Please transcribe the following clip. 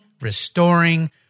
restoring